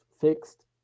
fixed